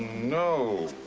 no.